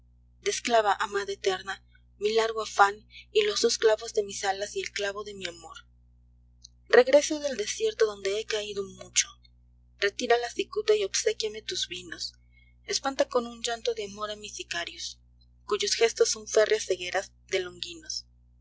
dolor desclava amada eterna mi largo afán y los dos clavos de mis alas y el clavo de mi amor regreso del desierto donde he caído mucho retira la cicuta y obsequíame tus vinos espanta con un llanto de amor a mis sicarios cuyos cestos son férreas cegueras de longinos